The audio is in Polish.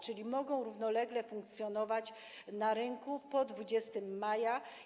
Czyli mogą one równolegle funkcjonować na rynku po 20 maja.